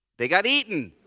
they got eaten!